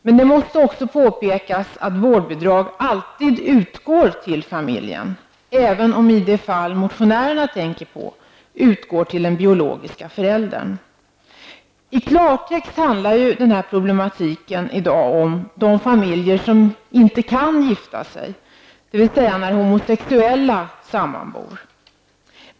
Men det måste också påpekas att vårdbidraget alltid utgår till familjen, även om det i det fall motionärerna tänker på utgår till den biologiska föräldern. I klartext handlar den här problematiken i dag om de familjer där två personer inte kan gifta sig, dvs. när homosexuella sammanbor.